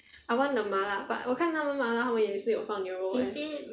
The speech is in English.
I want the 麻辣 but 我看他们麻辣他们也是有放牛肉 eh